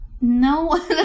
No